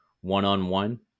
one-on-one